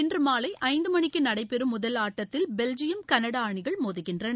இன்றுமாலை ஐந்து மணிக்கு நடைபெறும் முதல் ஆட்டத்தில் பெல்ஜியம் கனடா அணிகள் மோதுகின்றன